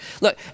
Look